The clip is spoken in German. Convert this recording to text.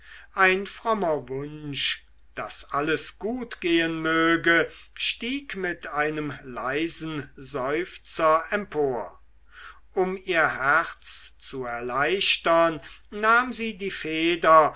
ein frommer wunsch daß alles gut gehen möge stieg mit einem leisen seufzer empor um ihr herz zu erleichtern nahm sie die feder